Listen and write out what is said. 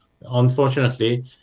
unfortunately